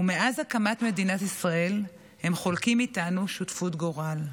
ומאז הקמת מדינת ישראל הם חולקים איתנו שותפות גורל.